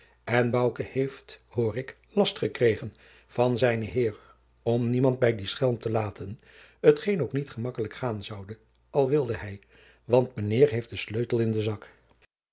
en bouke heeft hoor ik last gekregen van zijnen heer om niemand bij dien schelm te laten t geen ook niet gemakkelijk gaan zoude al wilde hij want mijnheer heeft den sleutel in den zak